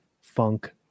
funk